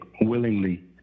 willingly